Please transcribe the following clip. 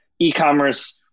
e-commerce